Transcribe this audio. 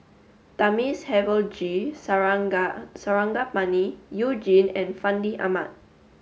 Thamizhavel G Sarangapani You Jin and Fandi Ahmad